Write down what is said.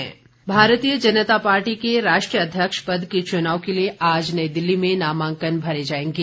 भाजपा अध्यक्ष चनाव भारतीय जनता पार्टी के राष्ट्रीय अध्यक्ष पद के चुनाव के लिए आज नई दिल्ली में नामांकन भरे जाएंगे